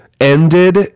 ended